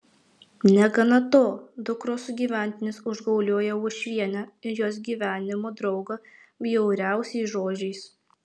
negana to dukros sugyventinis užgaulioja uošvienę ir jos gyvenimo draugą bjauriausiais žodžiais